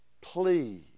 please